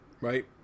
right